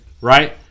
right